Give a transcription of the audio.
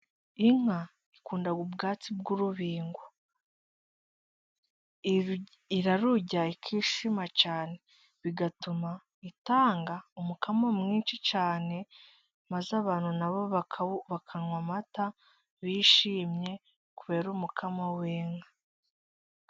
Inka ikunda ubwatsi bw'urubingo, irarurya ikishima cyane bigatuma itanga umukamo mwishi cyane, maze abantu na bo bakanwa amata bishimye kubera umukamo w'inka.